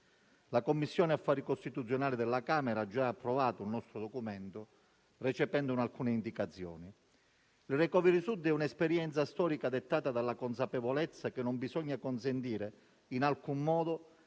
La Commissione affari costituzionali della Camera dei deputati ha già approvato un nostro documento recependone alcune indicazioni. Il Recovery Sud è un'esperienza storica dettata dalla consapevolezza che non bisogna consentire in alcun modo